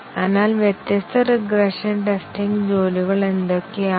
അതിനാൽ വ്യത്യസ്ത regression testing ജോലികൾ എന്തൊക്കെയാണ്